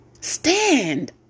Stand